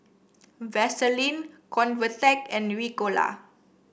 Vaselin Convatec and Ricola